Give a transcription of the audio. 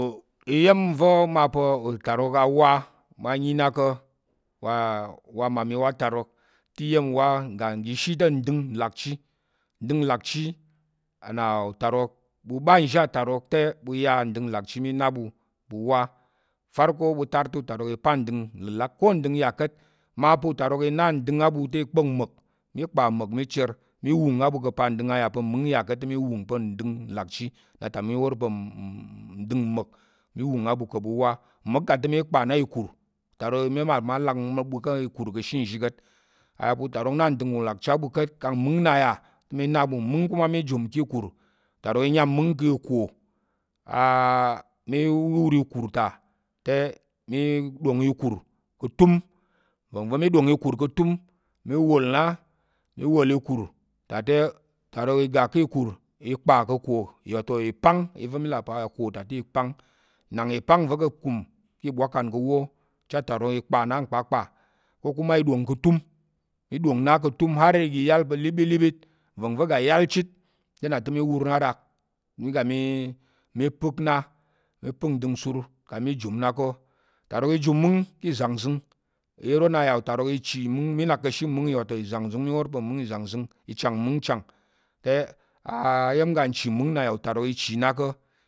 Iya̱m va̱ mma pa̱ utarok a wá mma yi nna ká̱ wa mmami wa atarok te iya̱m nwa ngga ngəshi te ndəng nlakchi, ndəng nlakchi te nnà utarok ɓu ɓa nzhi atarok te ɓu a ndəng nlakchi mi na ɓu, ɓu wa farko ɓu ar te utarok i pa ndəng nləlak. ko ndəng ya ka̱t mma utarok i na nɗəng mma utarok i na ndəng á ɓu te i kpa̱k mma̱k, mi kpa̱k ma̱k mi chər mi wung á ɓu ka̱ pal ndəng a yà pa̱ mung ya ka̱t te mi kpa̱k ma̱k mi wung pa̱ ndəng nlakchi nna ta mi wor pa̱ ndəng ma̱k mi wung a ɓu ká̱ ɓu wa, mma̱k ta te mi ƙpa na ikur utarok amal pa̱ mma lang ɓu ká̱ ikur ka̱ she nzhi ka̱t, a yà pa̱ utarok a ndəng nlakchi á ɓu ka̱t kang a yà pa̱ mung nna yà te mi na ɓu, mung kuma mi jumum ká̱ ikur utarok iyam mung ka̱ ako mi wur ikur ta te mi ɗóng i kur ká̱ tum nva̱ngva̱ mi ɗong iur ka̱ tum te, mi wol na, mi wol ikur ta te utarok i ga ká̱ ikur ka̱ iko, wato ìpang iya̱m va̱ mi là pa̱ ako ta te, ipang i nang ìpang va̱ ta ka̱ akum ka̱ ìbwakan ká̱ awo ucha atarok i kpa na nkpakpa ko kuma i ɗong ka̱ atum, i ɗong na ka̱ tum har iga yal pa̱ libit, nva̱ngva̱ ga yal chit, te mi wur na ɗak mi ga mi pək nna ɗak mi pək ndəng nsur kang mi jujum na ko, utarok ijum mung ká̱ ìzangzəng, iya̱m ro nna yà otarok ichi mung mi wor pa̱ ìzangzəng i chang mung chang te á iyam iga nchi mung na yà utarok i chi na ko,